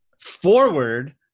forward